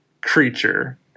creature